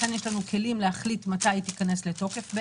לנו יש את הכלים להחליט מתי היא תיכנס לתוקף.